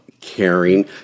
Caring